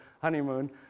honeymoon